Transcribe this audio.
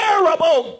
terrible